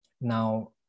Now